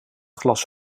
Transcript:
glas